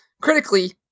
critically